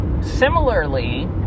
similarly